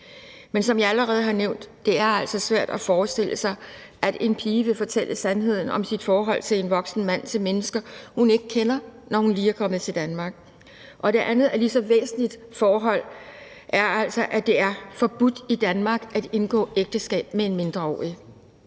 Men som jeg allerede har nævnt, er det altså svært at forestille sig, at en pige vil fortælle sandheden om sit forhold til en voksen mand til mennesker, hun ikke kender, når hun lige er kommet til Danmark. Og et andet lige så væsentligt forhold er altså, at det er forbudt i Danmark at indgå ægteskab med en mindreårig.